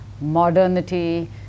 modernity